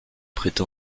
prêté